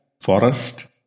forest